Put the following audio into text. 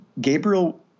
Gabriel –